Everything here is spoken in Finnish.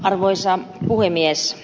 arvoisa puhemies